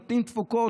נותנים תפוקות,